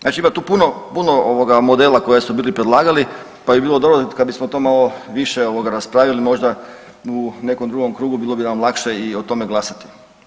Znači ima tu puno, puno ovoga modela koja su bili predlagali pa bi bilo dobro kad bismo to malo više ovoga raspravljali možda u nekom drugom krugu bilo bi nam lakše i o tome glasati.